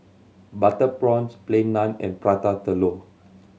butter prawns Plain Naan and Prata Telur